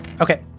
Okay